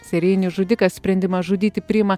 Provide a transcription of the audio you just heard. serijinis žudikas sprendimą žudyti priima